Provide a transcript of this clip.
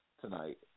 tonight